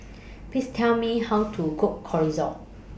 Please Tell Me How to Cook Chorizo